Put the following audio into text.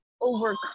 overcome